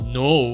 no